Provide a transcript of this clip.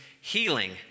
healing